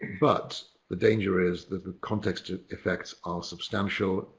but the danger is that the context it effects are substantial,